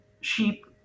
sheep